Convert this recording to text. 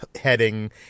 heading